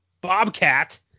Bobcat